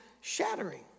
shattering